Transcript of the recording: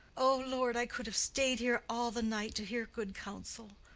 o lord, i could have stay'd here all the night to hear good counsel.